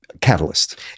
catalyst